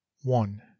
one